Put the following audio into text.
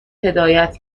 هدایت